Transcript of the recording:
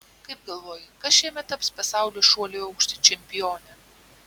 kaip galvoji kas šiemet taps pasaulio šuolių į aukštį čempione